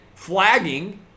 flagging